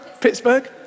Pittsburgh